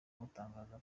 butangaza